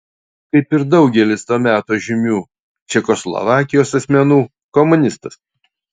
kaip ir daugelis to meto žymių čekoslovakijos asmenų komunistas